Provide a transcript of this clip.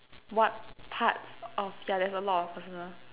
what part of yeah there's a lot of personal